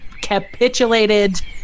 capitulated